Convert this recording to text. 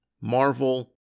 Marvel